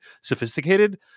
sophisticated